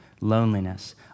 Loneliness